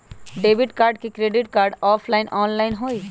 Debit card credit card offline online होई?